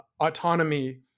autonomy